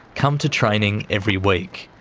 come to training every week.